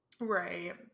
Right